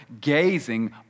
gazing